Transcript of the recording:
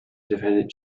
defendant